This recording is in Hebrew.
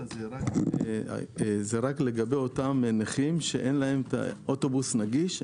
זה רק לגבי אותם נכים שאין להם אוטובוס נגיש.